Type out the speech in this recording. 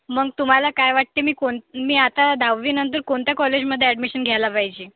मग तुम्हाला काय वाटते मी कोण मी आता दहावीनंतर कोणत्या कॉलेजमध्ये ऍडमिशन घ्यायला पाहिजे